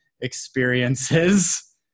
experiences